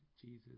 Jesus